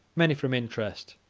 many from interest,